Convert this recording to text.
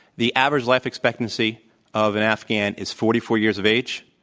the average life expectancy of an afghan is forty four years of age.